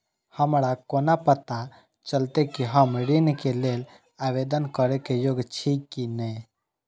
हमरा कोना पताा चलते कि हम ऋण के लेल आवेदन करे के योग्य छी की ने?